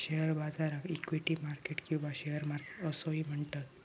share बाजाराक equity market किंवा share market असोही म्हणतत